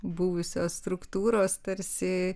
buvusios struktūros tarsi